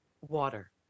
water